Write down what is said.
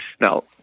Now